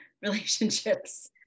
relationships